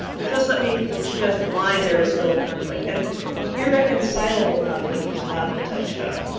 but just let me suggest why there is still a conflict, and irreconcilable conflict is not the touchstone.